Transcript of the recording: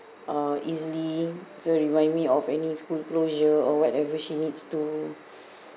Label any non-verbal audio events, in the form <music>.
uh easily to remind me of any school closure or whenever she needs to <breath>